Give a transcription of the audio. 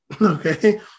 Okay